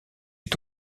est